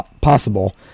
possible